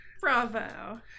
bravo